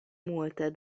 multe